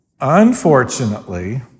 Unfortunately